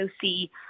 see